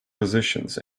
positions